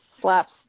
slaps